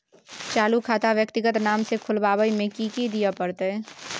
चालू खाता व्यक्तिगत नाम से खुलवाबै में कि की दिये परतै?